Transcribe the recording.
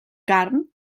carn